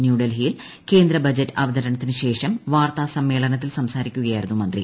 ന്യൂഡൽഹിയിൽ കേന്ദ്രബജറ്റ് അവതരണത്തിന് ശേഷം വാർത്താ സമ്മേളനത്തിൽ സംസാരിക്കുകയായിരുന്നു മന്ത്രി